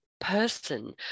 person